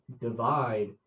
divide